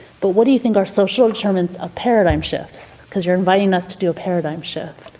but what do you think are social determinants of paradigm shifts, because you're inviting us to do a paradigm shift.